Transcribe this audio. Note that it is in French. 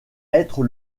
être